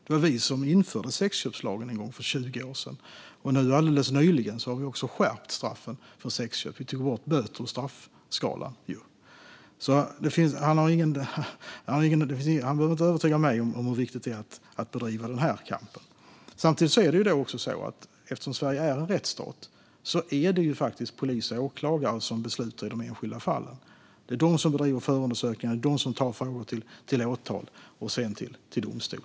Det var vi som en gång införde sexköpslagen för 20 år sedan. Alldeles nyligen har vi också skärpt straffen för sexköp när vi tog bort böter ur straffskalan. Han behöver alltså inte övertyga mig om hur viktigt det är att bedriva den här kampen. Samtidigt - eftersom Sverige är en rättsstat - är det polis och åklagare som beslutar i de enskilda fallen. Det är de som bedriver förundersökningar, och det är de som tar frågor till åtal och sedan till domstol.